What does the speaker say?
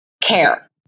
care